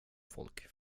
folk